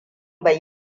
bai